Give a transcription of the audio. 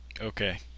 Okay